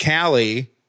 Callie